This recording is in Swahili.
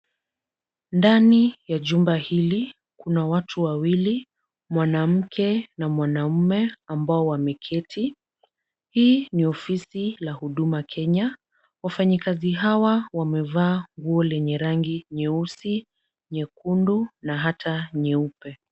Ndani ya jumba hili kuna watu wawili mwanamke na mwanaume ambao wameketi. Hii ni ofisi la Huduma Kenya. Wafanyikazi hawa wamevaa nguo lenye rangi nyeusi, nyekundu na hata nyeupe.